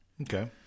Okay